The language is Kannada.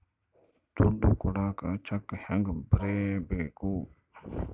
ದುಡ್ಡು ಕೊಡಾಕ ಚೆಕ್ ಹೆಂಗ ಬರೇಬೇಕು?